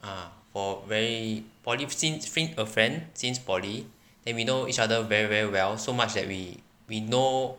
ah for very poly since sinc~ a friend since poly and we know each other very very well so much that we we know